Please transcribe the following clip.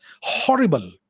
Horrible